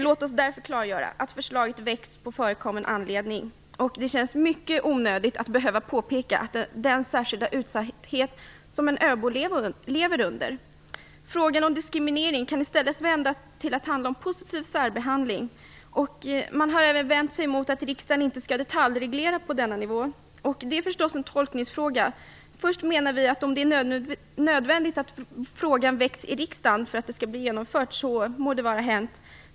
Låt oss därför klargöra att förslaget väckts på förekommen anledning. Det känns mycket onödigt att behöva peka på den särskilda utsatthet som en öbo lever under. Frågan om diskriminering kan istället vändas till att handla om positiv särbehandling. Man har även vänt sig mot att riksdagen inte skall detaljreglera på denna nivå. Det är förstås en tolkningsfråga. Om det är nödvändigt att frågan väcks i riksdagen för att det skall bli genomfört må det vara hänt.